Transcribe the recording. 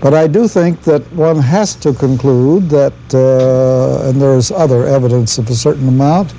but i do think that one has to conclude that and there's other evidence of a certain amount